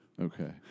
Okay